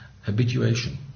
habituation